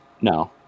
No